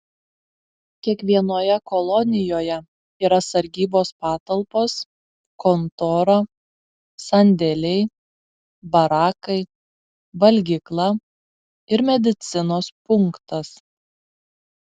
kiekvienoje kolonijoje yra sargybos patalpos kontora sandėliai barakai valgykla ir medicinos punktas